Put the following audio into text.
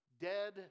Dead